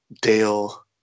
Dale